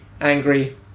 angry